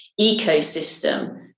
ecosystem